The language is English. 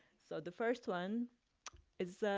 so the first one is